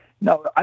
No